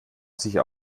sicher